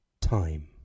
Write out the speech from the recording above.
Time